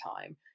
time